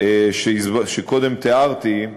שקודם תיארתי,